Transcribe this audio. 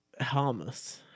Hamas